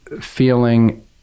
feeling